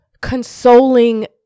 consoling